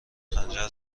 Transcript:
خنجر